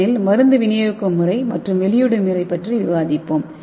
என் இல் மருந்து விநியோகிக்கும் முறை மற்றும் வெளியீடு முறை பற்றி விவாதிப்போம்